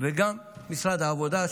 וגם משרד העבודה,